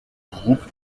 groupe